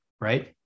right